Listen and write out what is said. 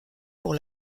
pour